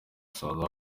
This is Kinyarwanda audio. south